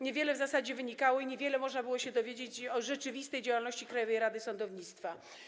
Niewiele w zasadzie z niej wynikało i niewiele można było się z niej dowiedzieć o rzeczywistej działalności Krajowej Rady Sądownictwa.